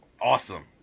awesome